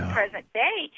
present-day